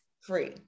free